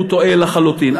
טועה לחלוטין.